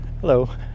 Hello